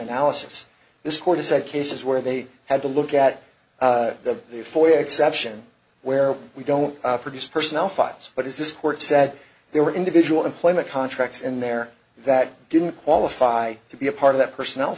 analysis this court decide cases where they had to look at the the foyer exception where we don't produce personnel files but is this court said they were individual employment contracts in there that didn't qualify to be a part of that personnel